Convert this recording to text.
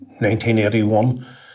1981